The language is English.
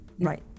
right